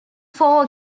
four